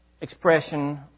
expression